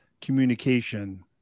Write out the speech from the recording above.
communication